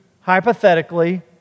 hypothetically